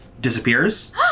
disappears